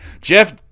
Jeff